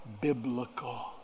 biblical